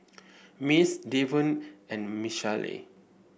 Mace Davon and Michaele